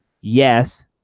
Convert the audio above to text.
yes